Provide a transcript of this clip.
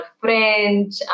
French